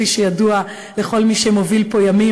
כפי שידוע לכל מי שמוביל פה ימים,